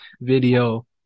video